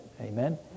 amen